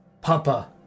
Papa